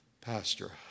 pastor